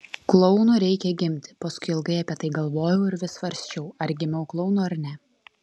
klounu reikia gimti paskui ilgai apie tai galvojau ir vis svarsčiau ar gimiau klounu ar ne